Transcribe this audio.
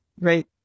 right